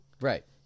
Right